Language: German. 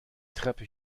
treppe